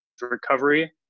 recovery